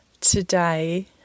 today